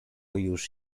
już